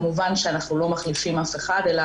כמובן שאנחנו לא מחליפים אף אחד אלא